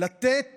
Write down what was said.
לתת